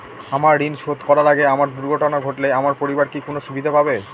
আমার ঋণ শোধ করার আগে আমার দুর্ঘটনা ঘটলে আমার পরিবার কি কোনো সুবিধে পাবে?